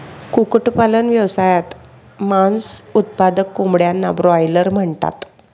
कुक्कुटपालन व्यवसायात, मांस उत्पादक कोंबड्यांना ब्रॉयलर म्हणतात